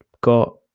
got